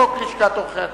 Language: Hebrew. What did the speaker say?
חוק לשכת עורכי-הדין.